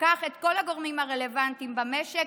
שלקח את כל הגורמים הרלוונטיים במשק